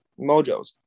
mojos